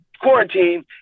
quarantine